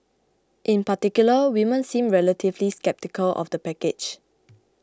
in particular women seemed relatively sceptical of the package